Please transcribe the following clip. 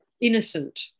innocent